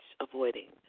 avoiding